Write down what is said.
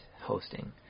hosting